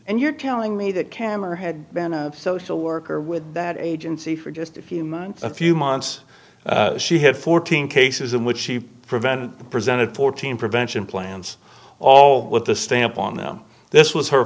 and you're telling me that cameron had been a social worker with that agency for just a few months a few months she had fourteen cases in which she prevented presented fourteen prevention plans all with the stamp on them this was her